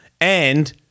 And-